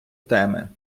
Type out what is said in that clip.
теми